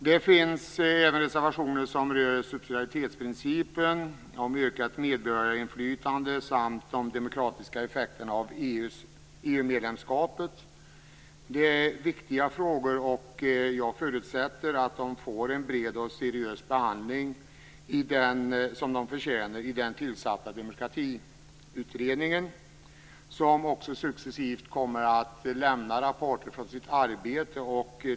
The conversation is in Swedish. Det finns även reservationer som rör subsidiaritetsprincipen, ökat medborgarinflytande samt de demokratiska effekterna av EU-medlemskapet. Det är viktiga frågor, och jag förutsätter att de får den breda och seriösa behandling som de förtjänar i den tillsatta demokratiutredningen, som också successivt kommer att lämna rapporter från sitt arbete.